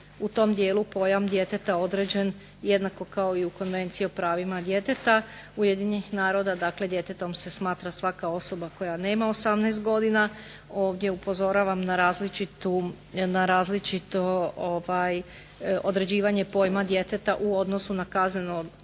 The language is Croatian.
u tom dijelu pojam djeteta određen jednako kao i u Konvenciji o pravima djeteta Ujedinjenih naroda, dakle djetetom se smatra svaka osoba koja nema 18 godina, ovdje upozoravam na različito određivanje pojma djeteta u odnosu na kaznenu odgovornost,